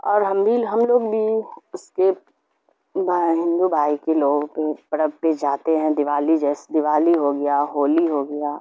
اور ہم بھی ہم لوگ بھی اس کے ہندو بھائی کے لوگوں پہ پرب پہ جاتے ہیں دیوالی جیسے دیوالی ہو گیا ہولی ہو گیا